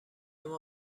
مان